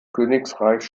königreichs